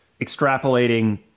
extrapolating